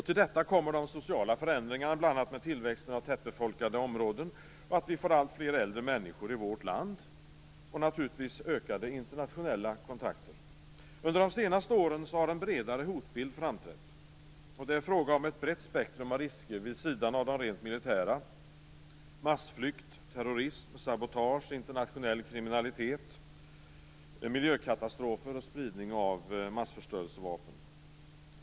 Till detta kommer de sociala förändringarna, bl.a. med tillväxten av tättbefolkade områden, samt att vi får allt fler äldre människor i vårt land och naturligtvis ökade internationella kontakter. Under de senaste åren har en bredare hotbild framträtt. Det är fråga om ett brett spektrum av risker vid sidan av de rent militära: massflykt, terrorism, sabotage, internationell kriminalitet, miljökatastrofer och spridning av massförstörelsevapen.